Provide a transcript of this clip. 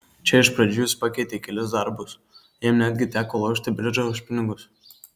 čia iš pradžių jis pakeitė kelis darbus jam netgi teko lošti bridžą už pinigus